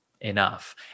enough